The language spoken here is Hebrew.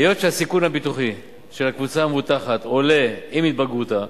היות שהסיכון הביטוחי של הקבוצה המבוטחת עולה עם התבגרותה,